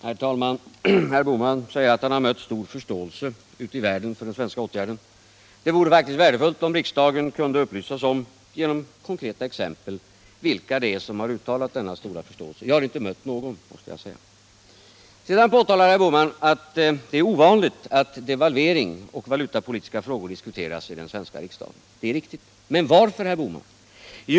Herr talman! Herr Bohman säger att han ute i världen har mött stor förståelse för den svenska åtgärden. Det vore faktiskt värdefullt om riksdagen, genom konkreta exempel, kunde upplysas om vilka det är som har uttalat den stora förståelsen. Jag har inte mött någon av dem. Sedan påpekar herr Bohman att det är ovanligt att devalvering och valutapolitiska frågor diskuteras i den svenska riksdagen. Det är riktigt. Men varför gör vi det nu, herr Bohman?